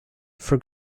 for